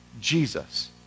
Jesus